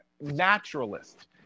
naturalist